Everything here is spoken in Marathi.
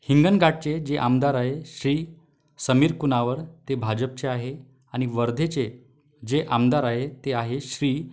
हिंगनघाटचे जे आमदार आहे श्री समीर कुनावर ते भाजपचे आहे आणि वर्धेचे जे आमदार आहे ते आहे श्री